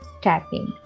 tapping